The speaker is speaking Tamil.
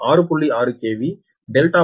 6 KV டெல்டா பக்கம் மற்றும் 115 KV